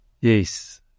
Yes